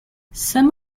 some